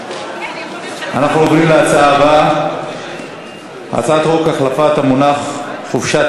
אנחנו עוברים להצעה הבאה: הצעת חוק החלפת המונח חופשת